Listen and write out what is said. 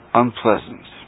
unpleasant